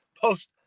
post